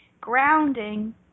Grounding